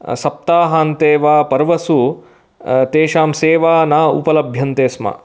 सप्ताहान्ते वा पर्वसु तेषां सेवा न उपलभ्यन्ते स्म